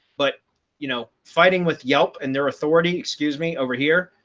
but you know, fighting with yelp and their authority, excuse me over here,